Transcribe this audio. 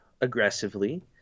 aggressively